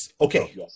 Okay